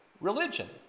religion